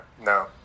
no